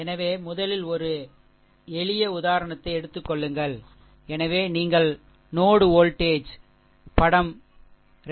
எனவே முதலில் ஒரு எளிய உதாரணத்தை எடுத்துக் கொள்ளுங்கள் சரி எனவே நீங்கள் நோடு வோல்டேஜ் நோடு வோல்டேஜ் படம் 2